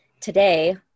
Today